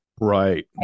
Right